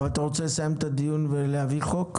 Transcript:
אתה רוצה לסיים את הדיון ולהעביר את הצעת החוק?